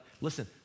Listen